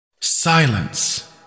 Silence